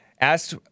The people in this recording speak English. Asked